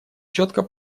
четко